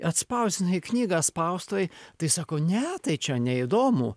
atspausdinai knygą spaustuvėj tai sako ne tai čia neįdomu